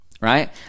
right